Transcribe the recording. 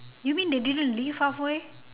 you mean they didn't leave halfway